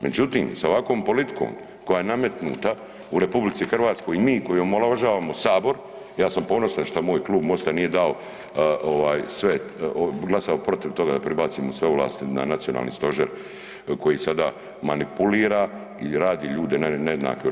Međutim, sa ovakvom politikom koja je nametnuta u RH i mi koji omalovažavamo sabor, ja sam ponosan šta moj Klub MOST-a nije dao ovaj sve, glasao protiv toga da prebacimo sve ovlasti na nacionalni stožer koji sada manipulira i radi ljude nejednake u RH.